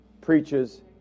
preaches